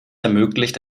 ermöglicht